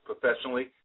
professionally